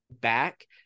back